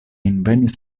envenis